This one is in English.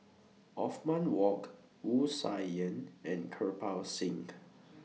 Othman walked Wu Tsai Yen and Kirpal Singh